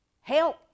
help